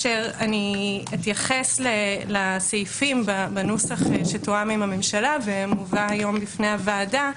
אתייחס לסעיפים בנוסח שתואם עם הממשלה ומובא היום בפני הוועדה.